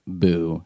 boo